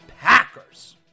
Packers